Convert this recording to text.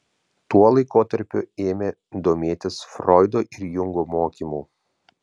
tuo laikotarpiu ėmė domėtis froido ir jungo mokymu